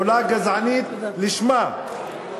פעולה גזענית לשמה.